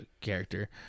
character